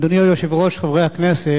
אדוני היושב-ראש, חברי הכנסת,